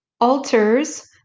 Altars